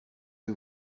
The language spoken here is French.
que